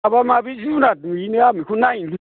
माबा माबि जुनाद नुयोनो आं बेखौनो नायनो